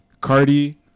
Cardi